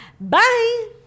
Bye